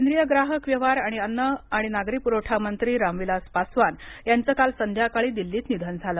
केंद्रीय ग्राहक व्यवहार आणि अन्न आणि नागरी पुरवठा मंत्री राम विलास पासवान यांचं काल संध्याकाळी दिल्लीत निधन झालं